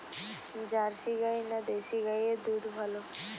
Jersey গাই না দেশী গাইয়ের দুধ ভালো?